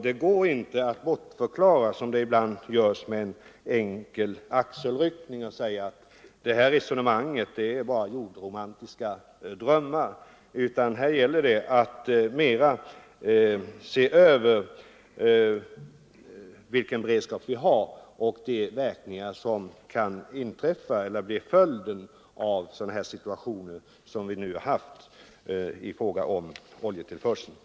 Det går inte att bortförklara detta, som man ibland gör med en axelryckning, och säga att resonemanget bara är jordromantiska drömmar. Det är nödvändigt att se över vilken beredskap vi har och de verkningar som kan bli följden av sådana situationer som vi nu haft i fråga om oljetillförseln.